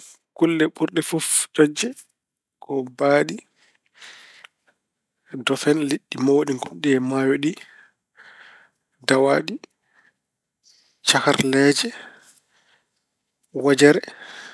Kulle burɗe fof ƴoƴde ko baaɗi, dofen ( liɗɗi mawɗi ngonɗi e maayo ɗi), dawaaɗi, cakkarleeje, wojere.